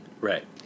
Right